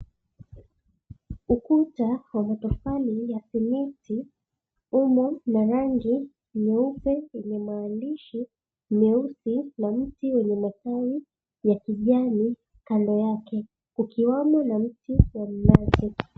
Ukuta wa matofali ya fenesi umo na rangi nyeupe yenye maandishi nyeusi na mti yenye matawi ya kijani kando yake ikiwemo na mti wa mnazi.